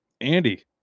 Andy